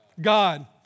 God